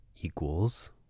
equals